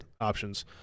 options